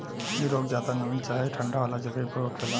इ रोग ज्यादा नमी चाहे ठंडा वाला जगही पर होखेला